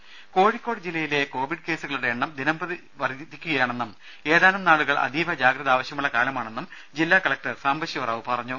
ദേദ കോഴിക്കോട് ജില്ലയിലെ കോവിഡ് കേസുകളുടെ എണ്ണം ദിനം പ്രതി കൂടി വരികയാണെന്നും ഏതാനും നാളുകൾ അതീവ ജാഗ്രത ആവശ്യമുള്ള കാലമാണെന്നും ജില്ലാ കലക്ടർ സാംബശിവ റാവു പറഞ്ഞു